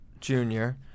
Junior